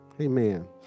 Amen